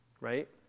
right